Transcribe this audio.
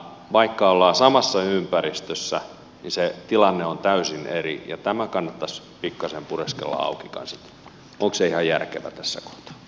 vaikka ollaan samassa ympäristössä niin se tilanne on täysin eri ja tämä kannattaisi pikkasen pureskella auki että onko se ihan järkevää tässä kohtaa